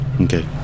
Okay